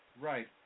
Right